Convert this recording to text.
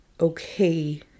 okay